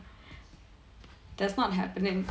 that's not happening